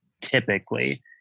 typically